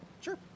Sure